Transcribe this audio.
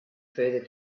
further